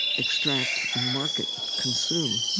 extract, and market, consume,